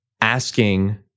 asking